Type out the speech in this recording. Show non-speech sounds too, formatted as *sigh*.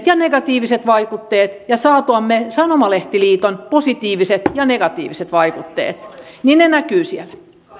*unintelligible* ja negatiiviset vaikutteet ja saatuamme sanomalehtien liiton positiiviset ja negatiiviset vaikutteet ne näkyvät siellä